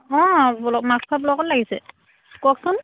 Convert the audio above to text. অঁ ব্লক মাছখোৱা ব্লকত লাগিছে কওকচোন